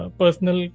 personal